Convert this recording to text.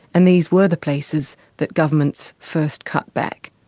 and these were the places that governments first cut back.